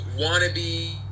wannabe